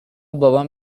بابام